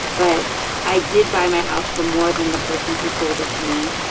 but i did buy my house for more than the person who sold it to me.